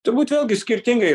turbūt vėlgi skirtingai